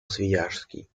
свияжский